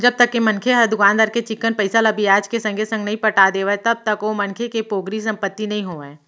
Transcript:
जब तक के मनखे ह दुकानदार के चिक्कन पइसा ल बियाज के संगे संग नइ पटा देवय तब तक ओ मनखे के पोगरी संपत्ति नइ होवय